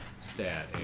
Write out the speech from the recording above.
stat